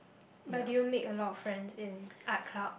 but do you make a lot of friends in art